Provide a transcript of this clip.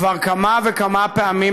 כבר כמה וכמה פעמים,